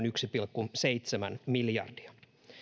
yksi pilkku seitsemän miljardia